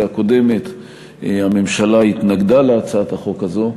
הקודמת הממשלה התנגדה להצעת החוק הזאת,